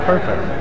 Perfect